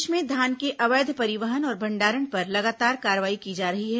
प्रदेश में धान के अवैध परिवहन और भंडारण पर लगातार कार्रवाई की जा रही है